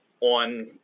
on